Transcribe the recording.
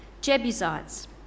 Jebusites